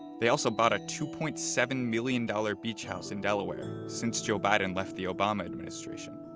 they also bought a two point seven million dollars beach house in delaware since joe biden left the obama administration.